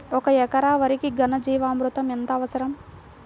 ఒక ఎకరా వరికి ఘన జీవామృతం ఎంత అవసరం?